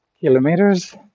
kilometers